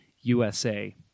USA